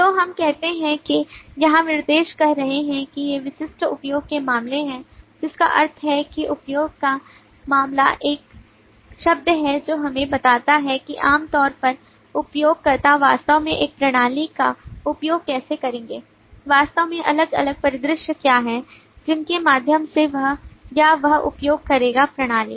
तो हम कहते हैं कि यहां विनिर्देश कह रहे हैं कि ये विशिष्ट उपयोग के मामले हैं जिसका अर्थ है कि उपयोग का मामला एक शब्द है जो हमें बताता है कि आमतौर पर उपयोगकर्ता वास्तव में इस प्रणाली का उपयोग कैसे करेंगे वास्तव में अलग अलग परिदृश्य क्या हैं जिनके माध्यम से वह या वह उपयोग करेगा प्रणाली